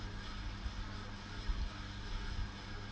silent audio